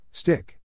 Stick